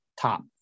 top